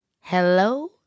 Hello